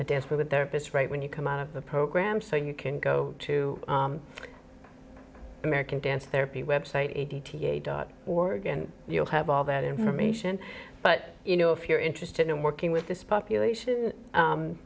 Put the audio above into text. with their fists right when you come out of the program so you can go to the american dance therapy web site eighty eight dot org and you'll have all that information but you know if you're interested in working with this population